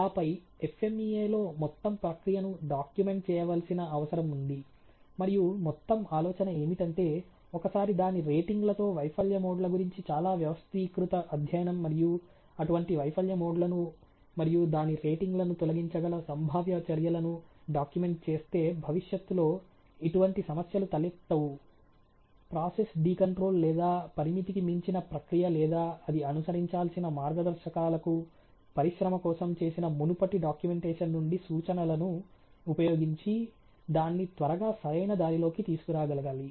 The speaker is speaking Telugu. ఆపై FMEA లో మొత్తం ప్రక్రియను డాక్యుమెంట్ చేయవలసిన అవసరం ఉంది మరియు మొత్తం ఆలోచన ఏమిటంటే ఒకసారి దాని రేటింగ్ లతో వైఫల్య మోడ్ల గురించి చాలా వ్యవస్థీకృత అధ్యయనం మరియు అటువంటి వైఫల్య మోడ్లను మరియు దాని రేటింగ్లను తొలగించగల సంభావ్య చర్యలను డాక్యుమెంట్ చేస్తే భవిష్యత్తులో ఇటువంటి సమస్యలు తలెత్తవు ప్రాసెస్ డికంట్రోల్ లేదా పరిమితికి మించిన ప్రక్రియ లేదా అది అనుసరించాల్సిన మార్గదర్శకాలకు పరిశ్రమ కోసం చేసిన మునుపటి డాక్యుమెంటేషన్ నుండి సూచనలను ఉపయోగించి దాన్ని త్వరగా సరైన దారిలోకి తీసుకురాగలగాలి